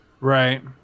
Right